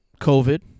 COVID